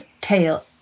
tail